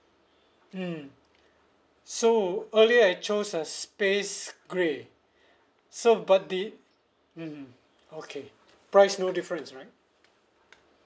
mm so earlier I chose a space grey so but did mmhmm okay price no difference right